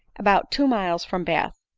about two miles from bath.